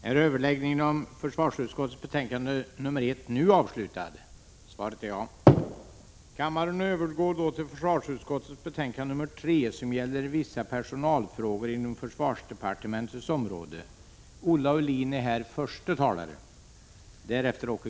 Kammaren övergår nu till att debattera försvarsutskottets betänkande 3 om vissa personalfrågor inom försvarsdepartementets verksamhetsområde.